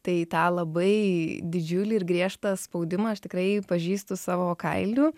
tai tą labai didžiulį ir griežtą spaudimą aš tikrai pažįstu savo kailiu